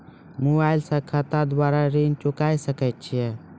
Mobile से खाता द्वारा ऋण चुकाबै सकय छियै?